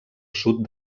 sud